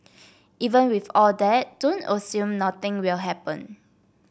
even with all that don't assume nothing will happen